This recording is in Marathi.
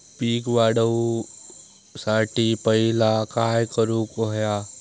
पीक वाढवुसाठी पहिला काय करूक हव्या?